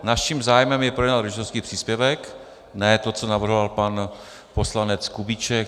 Naším zájmem je projednat rodičovský příspěvek, ne to, co navrhoval pan poslanec Kubíček.